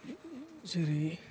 जेरै